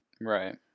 Right